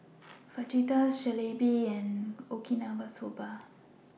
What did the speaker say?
Fajitas Jalebi and Okinawa Soba